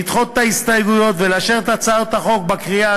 לדחות את ההסתייגויות ולאשר את הצעת החוק בקריאה